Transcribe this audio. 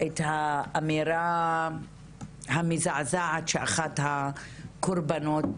את האמירה המזעזעת שאחת הקורבנות,